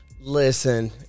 Listen